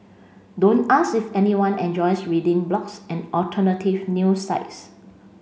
don't ask if anyone enjoys reading blogs and alternative news sites